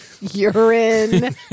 Urine